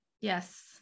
Yes